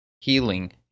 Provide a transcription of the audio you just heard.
healing